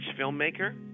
filmmaker